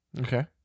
Okay